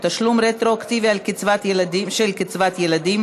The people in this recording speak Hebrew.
החלת זכויות נפגעי עבירה),